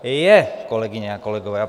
Je, kolegyně a kolegové, je.